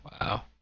Wow